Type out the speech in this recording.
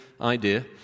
idea